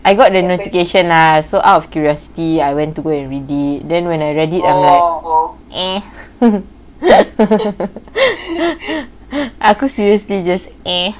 I got the notification ah so out of curiosity I went to go and read it then when I read it I'm like eh aku seriously just eh